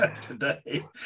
today